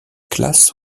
classe